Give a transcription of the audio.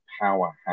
powerhouse